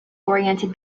oriented